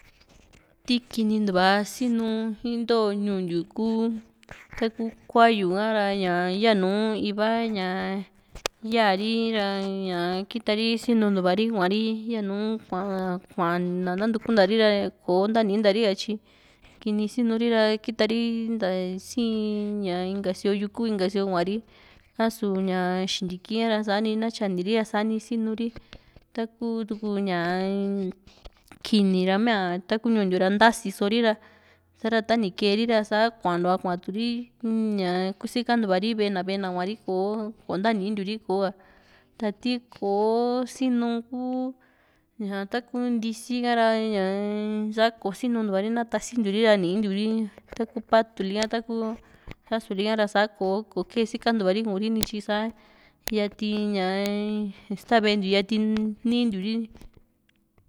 ti kinintuva sinu into ñuu ntiu ku taku kuayu ka ra yanu iva yaa´ri ra ña kita ri sinuntuva ri kueri yanu kuana natukuna ri ra kò´o ntaninta ri tyi kini sinuri ra kita ri nta sii ña inka sio yuku ina sio kuari asu ña xinti a´ra sani na tyaniri ra sani sinu ri taku tuku ña kini ra mia taku ñuu ntiu ra ntasisori ra sa´ra tani keeri sa kuantua kuatu ri ña kusikantuari ve´e na ve´e na kuari ko kò´o ntanintiu ri koka tiko sinu ku ña taku ntisi ha´ra ña sa kò´o sinuntuari na tasintiuri ra nii ntiu ri taku patuli ka taku asu ri´a ra sa kò´o kee sikantuari ku´ri nityi sa yati ista ve´e ntiu yati nintiu ri.